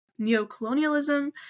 neocolonialism